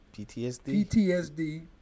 PTSD